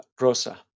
Rosa